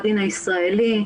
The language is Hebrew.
בגלל מצב הלאום שלהם,